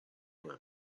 him